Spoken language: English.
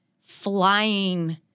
flying